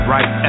Right